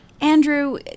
Andrew